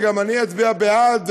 וגם אני אצביע בעד,